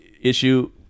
issue